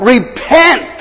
Repent